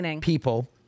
people